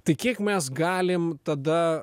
tai kiek mes galim tada